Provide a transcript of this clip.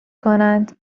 کنند